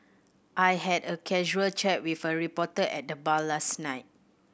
I had a casual chat with a reporter at the bar last night